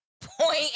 point